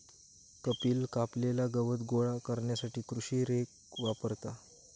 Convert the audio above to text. कपिल कापलेला गवत गोळा करण्यासाठी कृषी रेक वापरता